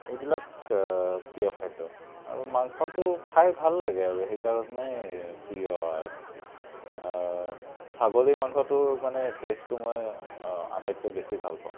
এইবিলাক প্ৰিয় খাদ্য আৰু মাংসটো খাই ভাল লাগে আৰু সেইকাৰণে প্ৰিয় আৰু ছাগলী মাংসটো মানে টেষ্টতো মই আটাইতকৈ বেছি ভালপাওঁ